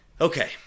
Okay